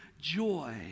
joy